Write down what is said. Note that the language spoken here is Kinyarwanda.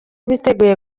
biteguye